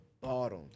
bottom